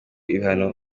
ibihano